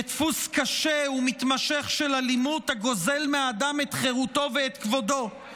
כדפוס קשה ומתמשך של אלימות הגוזל מאדם את חירותו ואת כבודו,